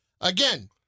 Again